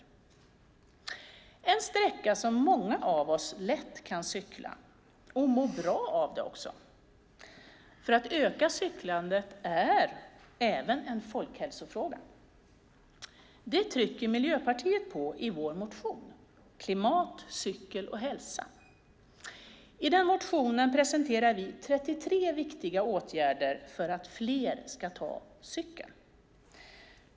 Det är en sträcka som många av oss lätt kan cykla - och må bra av det också. Att öka cyklandet är nämligen även en folkhälsofråga. Det trycker vi i Miljöpartiet på i vår motion Klimat, cykel och hälsa . I denna motion presenterar vi 33 viktiga åtgärder för att fler ska ta cykeln.